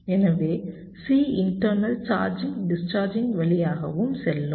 எனவே Cinternal charging discharging வழியாகவும் செல்லும்